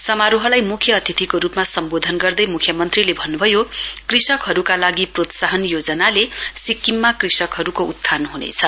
समारोहलाई मुख्य अतिथिको रूपमा सम्वोधन गर्दै मुख्यमन्त्रीले भन्नुभयो कृषकहरूका लागि प्रोत्साहन योजनाले सिक्किममा कृषकहरूको उत्थान ह्नेछ